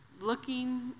looking